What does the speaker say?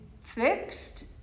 fixed